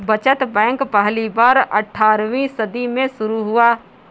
बचत बैंक पहली बार अट्ठारहवीं सदी में शुरू हुआ